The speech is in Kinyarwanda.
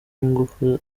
w’ingufu